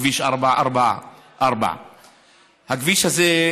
כביש 444. הכביש הזה,